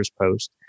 post